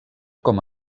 com